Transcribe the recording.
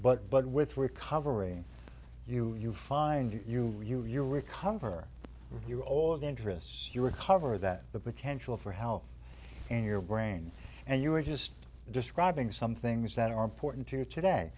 but but with recovering you you find you you you you recover your old interests you recover that the potential for health in your brain and you were just describing some things that are important to you today